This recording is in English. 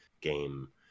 game